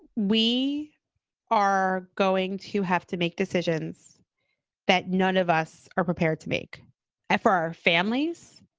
we are going to have to make decisions that none of us are prepared to make for our families,